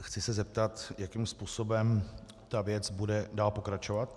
Chci se zeptat, jakým způsobem ta věc bude dál pokračovat.